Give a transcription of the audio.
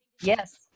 Yes